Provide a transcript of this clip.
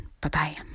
Bye-bye